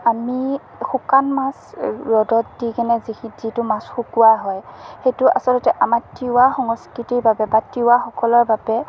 আমি শুকান মাছ ৰ'দত দি কেনে যিখি যিটো মাছ শুকোৱা হয় সেইটো আচলতে আমাৰ তিৱা সংস্কৃতিৰ বাবে বা তিৱাসকলৰ বাবে